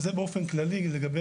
זה באופן כללי לגבי